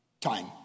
Time